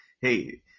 hey